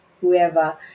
whoever